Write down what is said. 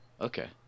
Okay